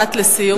משפט לסיום.